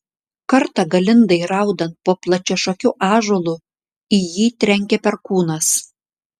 kartą galindai raudant po plačiašakiu ąžuolu į jį trenkė perkūnas